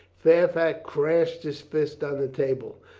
fairfax crashed his fist on the table.